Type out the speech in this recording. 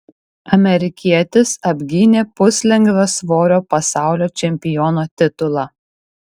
amerikietis apgynė puslengvio svorio pasaulio čempiono titulą